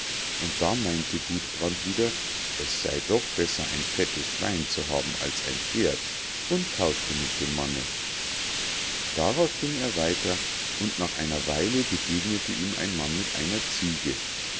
und da meinte gudbrand wieder es sei doch besser ein fettes schwein zu haben als ein pferd und tauschte mit dem manne darauf ging er weiter und nach einer weile begegnete ihm ein mann mit einer ziege